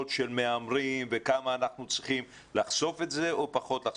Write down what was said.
להימורים וכמה אנחנו יכולים להתערב בזה.